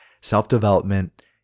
self-development